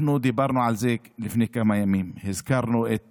אנחנו דיברנו על זה לפני כמה ימים, הזכרנו את